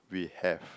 we have